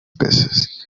veces